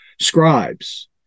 scribes